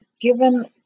given